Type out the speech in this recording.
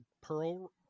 pearl